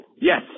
Yes